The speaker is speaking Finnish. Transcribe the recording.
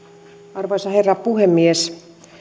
arvoisa herra puhemies